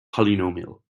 polynomial